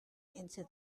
into